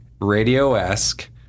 radio-esque